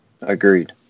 Agreed